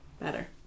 Better